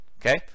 okay